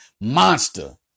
monster